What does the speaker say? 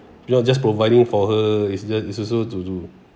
you are just providing for her is just is also to do